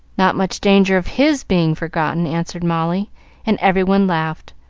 not much danger of his being forgotten, answered molly and every one laughed,